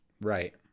Right